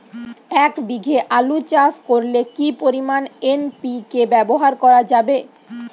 এক বিঘে আলু চাষ করলে কি পরিমাণ এন.পি.কে ব্যবহার করা যাবে?